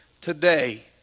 today